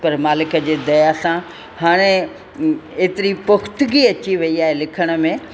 पर मालिक जी दया सां हाणे एतिरी पुख़्तगी अची वई आहे लिखण में